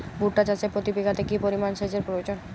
ভুট্টা চাষে প্রতি বিঘাতে কি পরিমান সেচের প্রয়োজন?